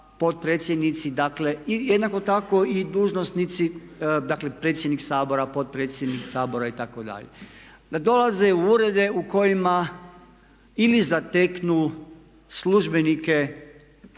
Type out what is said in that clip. potpredsjednici, jednako tako i dužnosnici dakle predsjednik Sabor, potpredsjednik Sabor itd. da dolaze u urede u kojima ili zateknu službenike prošlih